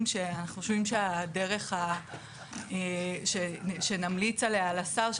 שאנחנו חושבים שהדרך שנמליץ עליה לשר,